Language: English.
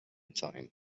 time